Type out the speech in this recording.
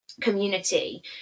community